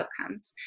outcomes